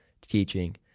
teaching